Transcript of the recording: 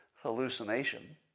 hallucination